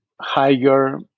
higher